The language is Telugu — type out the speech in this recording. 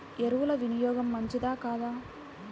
ఎరువుల వినియోగం మంచిదా కాదా?